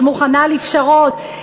שמוכנה לפשרות,